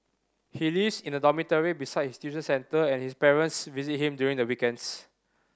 he lives in a dormitory besides his tuition centre and his parents visit him during the weekends